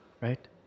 Right